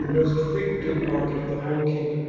the most frequented market of the whole kingdom